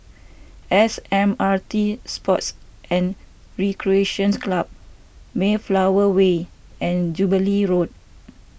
S M R T Sports and Recreation Club Mayflower Way and Jubilee Road